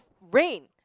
rain